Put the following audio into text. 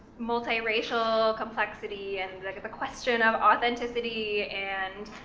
multi-racial complexity, and like the question of authenticity, and